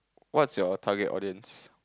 what's your target audiences